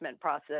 process